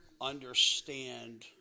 understand